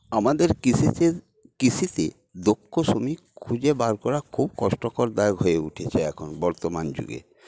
আমাদের কৃষিতে কৃষিতে দক্ষ শ্রমিক খুঁজে বার করা খুব কষ্টদায়ক হয়ে উঠেছে এখন বর্তমান যুগে